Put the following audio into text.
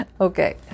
Okay